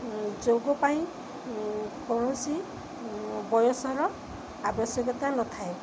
ଯୋଗ ପାଇଁ କୌଣସି ବୟସର ଆବଶ୍ୟକତା ନଥାଏ